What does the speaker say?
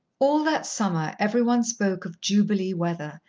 all that summer every one spoke of jubilee weather,